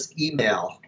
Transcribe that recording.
email